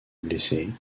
blessés